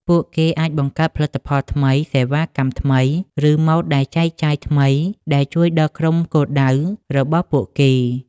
ពួកគេអាចបង្កើតផលិតផលថ្មី សេវាកម្មថ្មី ឬម៉ូតដែលចែកចាយថ្មីដែលជួយដល់ក្រុមគោលដៅរបស់ពួកគេ។